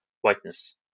whiteness